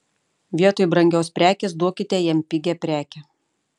vietoj brangios prekės duokite jam pigią prekę